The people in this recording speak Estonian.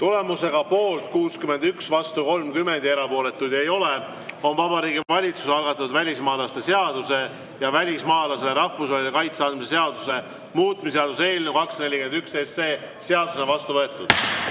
Tulemusega poolt 61, vastu 30 ja erapooletuid ei ole on Vabariigi Valitsuse algatatud välismaalaste seaduse ja välismaalasele rahvusvahelise kaitse andmise seaduse muutmise seaduse eelnõu 241 seadusena vastu võetud.